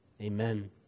Amen